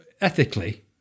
ethically